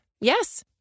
Yes